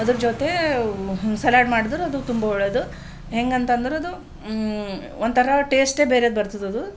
ಅದರ ಜೊತೆ ಸಲಾಡ್ ಮಾಡ್ದ್ರೆ ಅದು ತುಂಬ ಒಳ್ಳೆಯದು ಹೆಂಗಂತಂದ್ರದು ಒಂಥರ ಟೇಸ್ಟೇ ಬೇರೇದು ಬರ್ತದದು